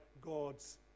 God's